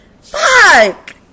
Fuck